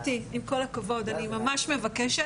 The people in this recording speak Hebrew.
טיטי, עם כל הכבוד, אני ממש מבקשת.